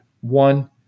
One